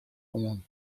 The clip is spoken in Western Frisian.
oan